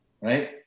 right